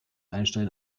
einstein